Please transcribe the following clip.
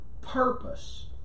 purpose